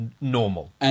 Normal